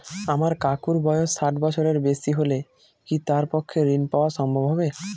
আমার কাকুর বয়স ষাট বছরের বেশি হলে কি তার পক্ষে ঋণ পাওয়া সম্ভব হবে?